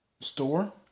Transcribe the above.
Store